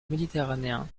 méditerranéen